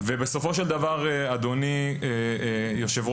בסופו של דבר, אדוני יושב-ראש